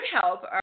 help